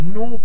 no